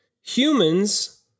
humans